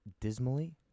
Dismally